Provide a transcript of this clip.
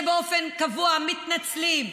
שבאופן קבוע מתנצלים,